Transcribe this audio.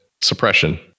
suppression